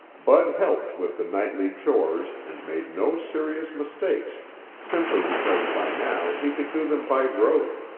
bud helped with the nightly chores and made no serious mistakes simply because by now he could do them by rote.